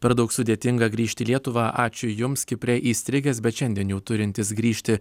per daug sudėtinga grįžt į lietuvą ačiū jums kipre įstrigęs bet šiandien jau turintis grįžti